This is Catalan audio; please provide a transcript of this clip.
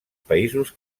països